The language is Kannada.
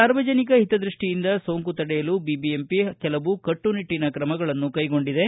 ಸಾರ್ವಜನಿಕ ಹಿತದ್ರಸ್ವಿಯಿಂದ ಸೋಂಕು ತಡೆಯಲು ಬಿಬಿಎಂಪಿ ಕೆಲವು ಕಟ್ಟುನಿಟ್ಟನ ತ್ರಮಗಳನ್ನು ಕೈಗೊಂಡಿದೆ